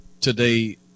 today